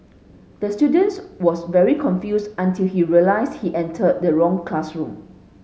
the student was very confused until he realised he entered the wrong classroom